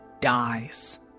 dies